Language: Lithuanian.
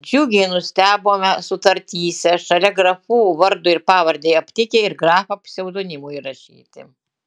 džiugiai nustebome sutartyse šalia grafų vardui ir pavardei aptikę ir grafą pseudonimui įrašyti